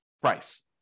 price